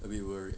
we were